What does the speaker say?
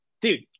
Dude